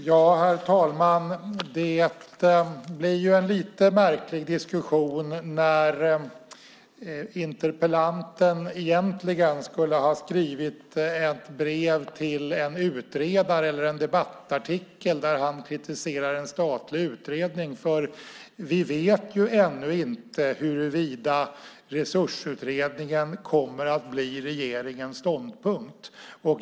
Herr talman! Det blir en lite märklig diskussion när interpellanten egentligen skulle ha skrivit ett brev till en utredare eller en debattartikel där han kritiserar en statlig utredning. Vi vet ju ännu inte huruvida Resursutredningens förslag kommer att bli regeringens ståndpunkt.